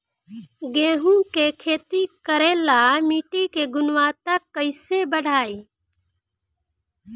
गेहूं के खेती करेला मिट्टी के गुणवत्ता कैसे बढ़ाई?